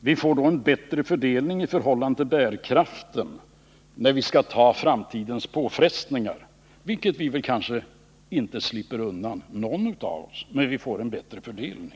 Vi får då en bättre fördelning i förhållande till bärkraften när vi skall möta framtidens påfrestningar — vilket kanske inte någon av oss slipper undan.